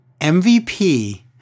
MVP